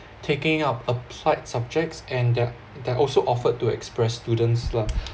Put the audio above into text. taking up applied subjects and they're they're also offered to express students lah